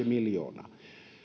miljoonaa